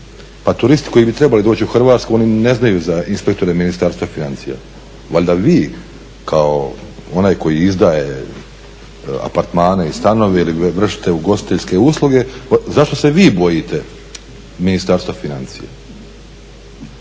Pa turisti koji bi trebali doći u Hrvatsku oni ne znaju za inspektore Ministarstva financija. Valjda vi kao onaj koji izdaje apartmane i stanove ili vršite ugostiteljske usluge, zašto se vi bojite Ministarstva financija